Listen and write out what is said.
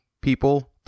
people